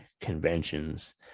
conventions